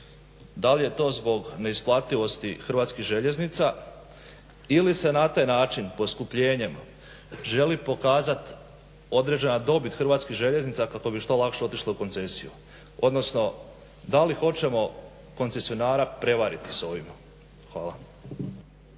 Da li je to zbog neisplativosti Hrvatskih željeznica ili se na taj način poskupljenjem želi pokazat određena dobit Hrvatskih željeznica kako bi što lakše otišle u koncesiju, odnosno da li hoćemo koncesionara prevariti s ovime. Hvala.